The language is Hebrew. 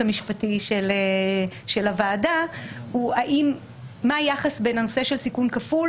המשפטי של הוועדה הוא מה היחס בין הנושא של סיכון כפול